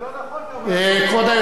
אבל לא נכון, בוועדה אמרו, נובמבר-דצמבר.